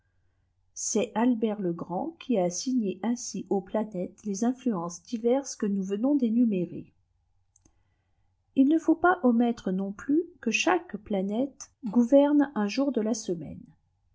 c'est albert le grand qui a assigné ainsi aux planètes les influences diverses que nous venons d'énumérer il ne faut pas omettre non plus que chaque planète gouverne un jour de la semaine